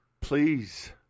please